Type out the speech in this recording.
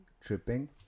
tripping